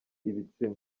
ibitsina